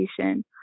education